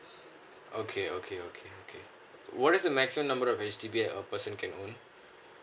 okay okay okay okay what is the maximum number of H_D_B a person can own